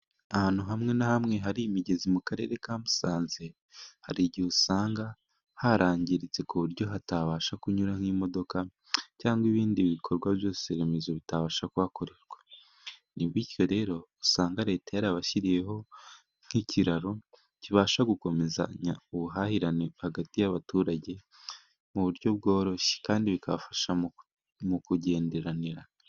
Ahantu hamwe na hamwe hari imigezi mu karere ka Musanze hari igihe usanga harangiritse ku buryo hatabasha kunyura nk'imodoka cyangwa ibindi bikorwa byose remezo bitabasha kuhakorerwa, bityo rero usanga Leta yarabashyiriyeho nk'ikiraro kibasha gukomezanya ubuhahirane hagati y'abaturage mu buryo bworoshye kandi bikabafasha mu kugendererana.